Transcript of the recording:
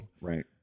Right